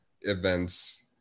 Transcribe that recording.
events